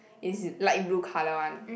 is light blue colour one